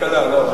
כלכלה.